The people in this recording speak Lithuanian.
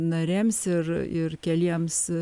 narėms ir ir keliems